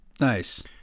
Nice